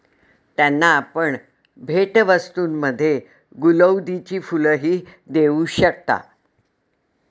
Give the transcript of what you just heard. त्यांना आपण भेटवस्तूंमध्ये गुलौदीची फुलंही देऊ शकता